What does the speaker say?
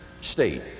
state